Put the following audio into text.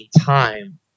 time